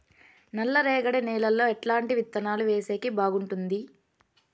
నల్లరేగడి నేలలో ఎట్లాంటి విత్తనాలు వేసేకి బాగుంటుంది?